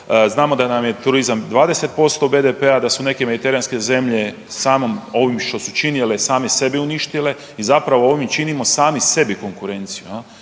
znamo da nam je turizam 20% BDP-a, da su neke mediteranske zemlje samim ovim što su činile same sebe uništile i zapravo ovim činimo sami sebi konkurenciju.